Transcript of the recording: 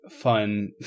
fun